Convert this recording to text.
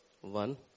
One